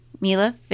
Mila